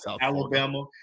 Alabama